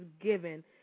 given